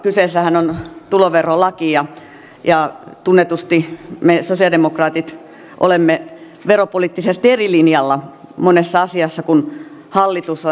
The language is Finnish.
kyseessähän on tuloverolaki ja tunnetusti me sosialidemokraatit olemme veropoliittisesti eri linjalla monessa asiassa kuin hallitus on